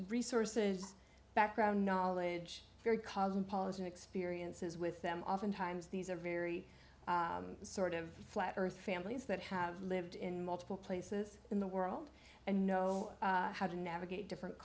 resources background knowledge very cosmopolitan experiences with them oftentimes these are very sort of flat earth families that have lived in multiple places in the world and know how to navigate different